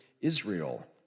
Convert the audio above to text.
Israel